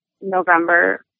November